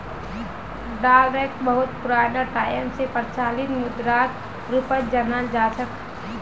डालरक बहुत पुराना टाइम स प्रचलित मुद्राक रूपत जानाल जा छेक